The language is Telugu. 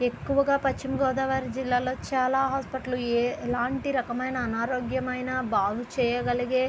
ఎక్కువగా పశ్చిమగోదావరి జిల్లాలో చాలా హాస్పెటల్ ఎటువంటి అనారోగ్యమైన బాగు చేయగలిగే